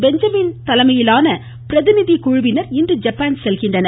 Benjamin தலைமையிலான பிரதிநிதிகள் குழுவினர் இன்று ஜப்பான் செல்கின்றனர்